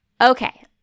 Okay